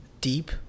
Deep